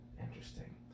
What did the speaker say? Interesting